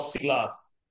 Glass